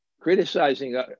criticizing